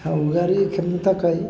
सावगारि आखिनो थाखाय